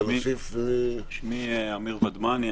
שמי אמיר ודמני,